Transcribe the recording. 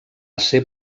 ser